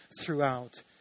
throughout